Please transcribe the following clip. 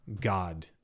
God